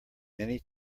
many